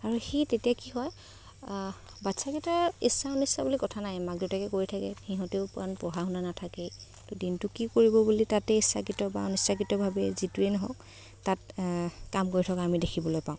আৰু সেই তেতিয়া কি হয় বাচ্চাকেইটাৰ ইচ্ছা অনিচ্ছা বুলি কথা নাই মাক দেউতাকে কৈ থাকে সিহঁতেও কাৰণ পঢ়া শুনা নাথাকে দিনটো কি কৰিব বুলি তাতেই ইচ্ছাকৃত বা অনিচ্ছাকৃতভাৱে যিটোৱেই নহওক তাত কাম কৰি থকা আমি দেখিবলৈ পাওঁ